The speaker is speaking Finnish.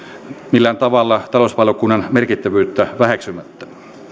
millään tavalla talousvaliokunnan merkittävyyttä väheksymättä